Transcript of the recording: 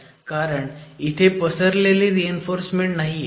कारण इथे पसरलेली रीइन्फोर्समेंट नाहीये